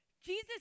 Jesus